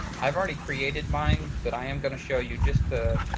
i've already created mine, but i am going to show you just